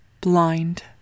blind